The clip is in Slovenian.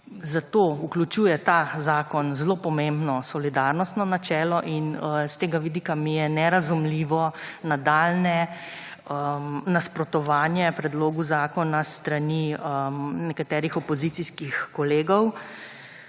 zato vključuje ta zakon zelo pomembno solidarnostno načelo in iz tega vidika mi je nerazumljivo nadaljnje nasprotovanje predlogu zakona s strani nekaterih opozicijskih kolegov.